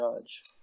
judge